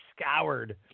scoured